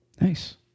Nice